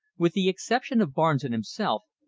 with the exception of barnes and himself,